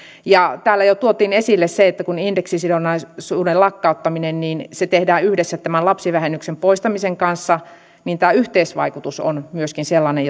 ja täällä jo tuotiin esille se että kun indeksisidonnaisuuden lakkauttaminen tehdään yhdessä tämän lapsivähennyksen poistamisen kanssa niin tämä yhteisvaikutus on myöskin sellainen